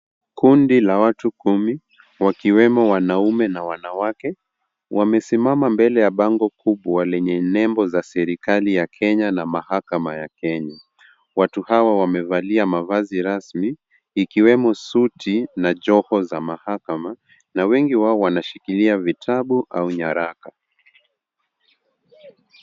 Kundi la watu kumi wakiwemo wanaume na wanawake wamesimama mbele ya bango kubwa lenye nembo za serikali ya Kenya na mahakama ya Kenya. Watu hawa wamevalia mavazi rasmi ikiwemo suti na joho za mahakama na wengi wao wanashikilia vitabu au nyaraka.